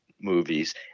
movies